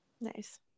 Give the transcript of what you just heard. nice